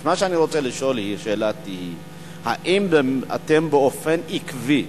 לכן שאלתי היא: האם באופן עקבי,